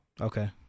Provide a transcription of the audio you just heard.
Okay